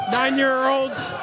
nine-year-olds